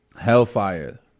hellfire